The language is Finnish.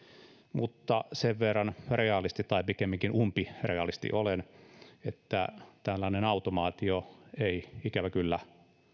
mutta sen verran realisti tai pikemminkin umpirealisti olen että tällainen automaatio ei ikävä kyllä